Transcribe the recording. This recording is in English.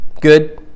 Good